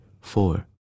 four